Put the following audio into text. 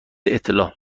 اطلاع